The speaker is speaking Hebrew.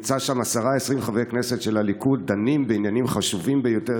נמצא שם 10 20 חברי כנסת של הליכוד דנים בעניינים חשובים ביותר,